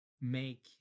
make